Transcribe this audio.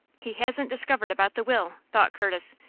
he hasn't discovered about the will, thought curtis,